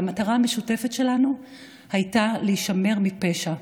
והמטרה המשותפת שלנו הייתה להישמר מפשע.